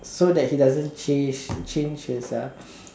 so that he doesn't change change his uh